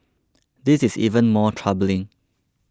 this is even more troubling